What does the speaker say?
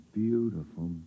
beautiful